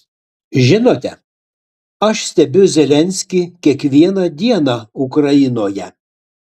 žinote aš stebiu zelenskį kiekvieną dieną ukrainoje